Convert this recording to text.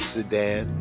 Sedan